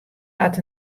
hat